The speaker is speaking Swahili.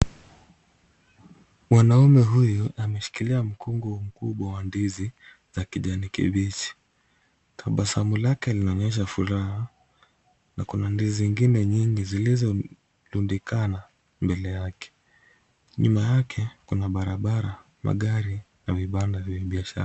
Mwanaume huyu ameshikilia mkungu mkubwa wa ndizi za kijani kibichi. Tabasamu lake linaonyesha furaha, na kuna ndizi zingine nyingi zilizo rundikana mbele yake. Nyuma yake, kuna barabara, magari na vibanda vya biashara.